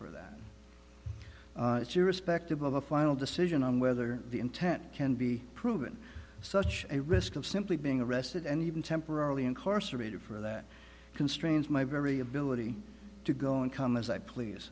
for that it's irrespective of a final decision on whether the intent can be proven such a risk of simply being arrested and even temporarily incarcerated for that constrains my very ability to go and come as i please